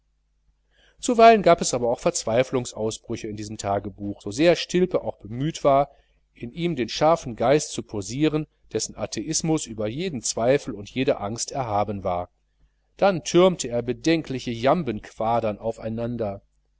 zuweilen gab es aber auch verzweiflungsausbrüche in diesem tagebuch so sehr stilpe auch bemüht war in ihm den scharfen geist zu posieren dessen atheismus über jeden zweifel und jede angst erhaben war dann türmte er bedenkliche jamben quadern aufeinander